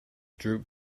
droop